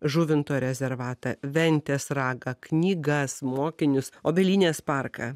žuvinto rezervatą ventės ragą knygas mokinius obelynės parką